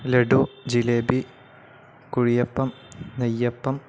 ലഡു ജിലേബി കുഴിയപ്പം നെയ്യപ്പം